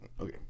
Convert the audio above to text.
Okay